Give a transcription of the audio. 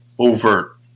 overt